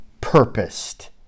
purposed